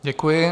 Děkuji.